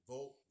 Vote